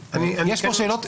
יש פה שתי שאלות.